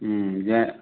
हुँ जे